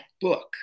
book